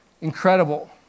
incredible